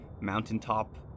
mountaintop